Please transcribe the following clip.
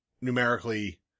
numerically